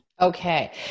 Okay